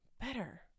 better